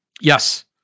Yes